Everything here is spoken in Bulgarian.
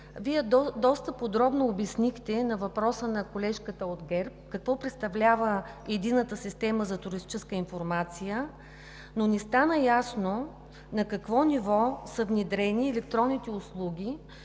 Вие доста подробно обяснихте на въпроса на колежката от ГЕРБ какво представлява Единната система за туристическа информация, но не стана ясно на какво ниво са внедрени електронните услуги,